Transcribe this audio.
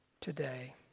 today